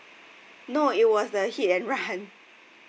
no it was a hit and run